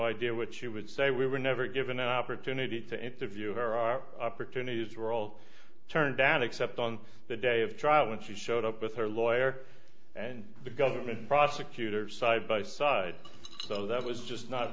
idea what she would say we were never given an opportunity to interview her our opportunities were all turned down except on the day of trial and she showed up with her lawyer and the government prosecutors side by side so that was just not